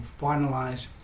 finalize